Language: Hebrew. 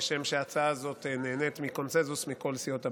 כי ההצעה הזאת נהנית מקונסנזוס בכל סיעות הבית.